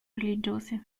religiose